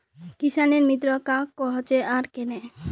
किसानेर मित्र कहाक कोहचे आर कन्हे?